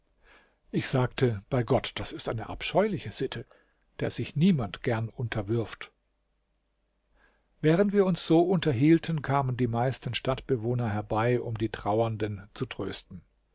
ich sagte bei gott das ist eine abscheuliche sitte der sich niemand gern unterwirft während wir uns so unterhielten kamen die meisten stadtbewohner herbei um die trauernden zu trösten